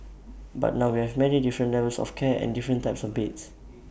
but now we have many different levels of care and different types of beds